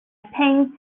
paint